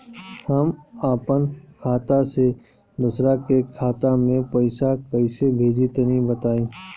हम आपन खाता से दोसरा के खाता मे पईसा कइसे भेजि तनि बताईं?